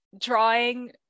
drawing